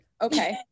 okay